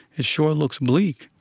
it sure looks bleak.